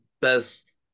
Best